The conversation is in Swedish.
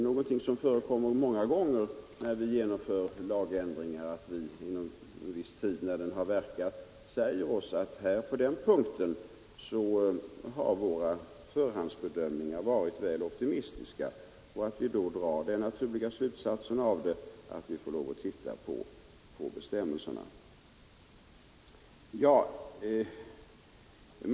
Det förekommer ju ofta att vi gör lagändringar men att vi efter en tid, när lagen har verkat, finner att vi har varit väl optimistiska i våra förhandsbedömningar, och då drar vi den naturliga slutsatsen att vi får lov att se över bestämmelserna.